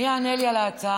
מי יענה לי על ההצעה?